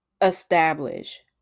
establish